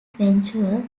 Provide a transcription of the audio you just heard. venture